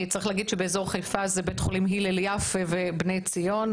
צריך להגיד שבאזור חיפה זה בתי החולים "הלל יפה" ו"בני ציון",